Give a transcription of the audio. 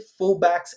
fullbacks